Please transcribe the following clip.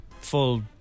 full